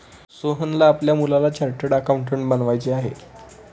सोहनला आपल्या मुलाला चार्टर्ड अकाउंटंट बनवायचे आहे